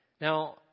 Now